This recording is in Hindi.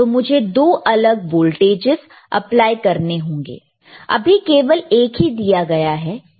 तो मुझे दो अलग वोल्टेजेस अप्लाई करने होंगे अभी केवल एक ही दिया गया है